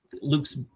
Luke's